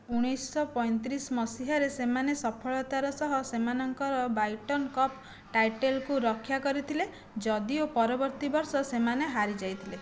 ଉଣେଇଶହ ପଇଁତିରିଶି ମସିହାରେ ସେମାନେ ସଫଳତାର ସହ ସେମାନଙ୍କର ବାଇଟନ୍ କପ୍ ଟାଇଟଲ୍କୁ ରକ୍ଷା କରିଥିଲେ ଯଦିଓ ପରବର୍ତ୍ତୀ ବର୍ଷ ସେମାନେ ହାରି ଯାଇଥିଲେ